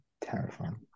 terrifying